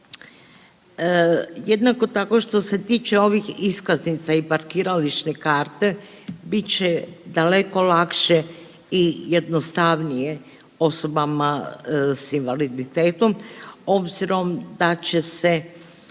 Jednako tako što se tiče ovih iskaznica i parkirališne karte bit će daleko lakše i jednostavnije osobama s invaliditetom obzirom da će se